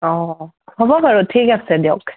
অঁ হ'ব বাৰু ঠিক আছে দিয়ক